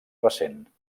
recent